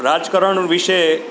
રાજકારણ વિષે